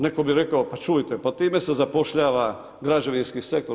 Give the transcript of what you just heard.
Netko bi rekao, pa čujte, pa time se zapošljava građevinski sektor.